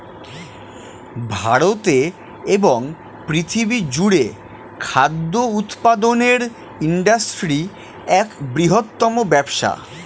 ভারতে এবং পৃথিবী জুড়ে খাদ্য উৎপাদনের ইন্ডাস্ট্রি এক বৃহত্তম ব্যবসা